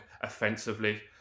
offensively